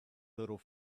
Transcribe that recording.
little